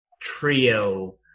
trio